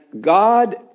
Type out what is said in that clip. God